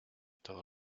todo